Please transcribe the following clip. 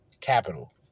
Capital